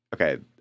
okay